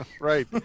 Right